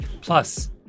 Plus